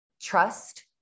trust